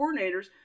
coordinators